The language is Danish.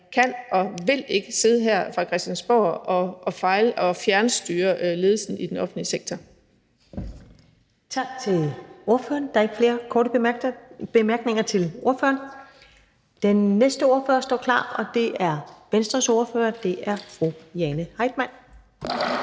kan og vil ikke sidde her fra Christiansborg og fjernstyre ledelsen i den offentlige sektor.